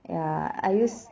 ya I used